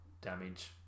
damage